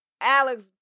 Alex